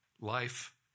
life